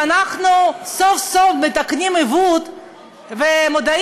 ואנחנו סוף-סוף מתקנים עיוות ומודים